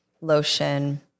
lotion